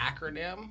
acronym